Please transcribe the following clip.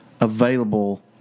available